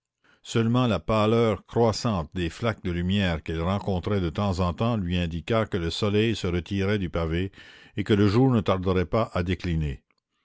seulement la pâleur croissante des flaques de lumière qu'il rencontrait de temps en temps lui indiqua que le soleil se retirait du pavé et que le jour ne tarderait pas à décliner